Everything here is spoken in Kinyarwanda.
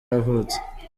yavutse